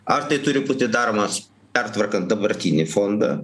ar tai turi būti daromas pertvarkant dabartinį fondą